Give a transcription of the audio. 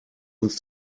uns